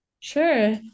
Sure